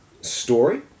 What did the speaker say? story